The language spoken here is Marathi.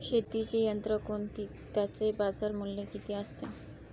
शेतीची यंत्रे कोणती? त्याचे बाजारमूल्य किती असते?